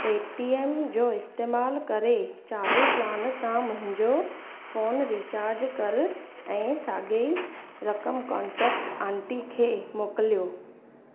पे TM जो इस्तेमाल करे चालू प्लान सां मुंहिंजो फ़ोन रीचार्ज कर ऐं साॻिई रक़म कोन्टेक्ट आंटी खे मोकिलियो